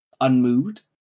unmoved